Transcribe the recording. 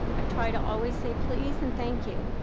i try to always say please and thank you.